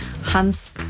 Hans